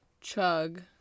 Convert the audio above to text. chug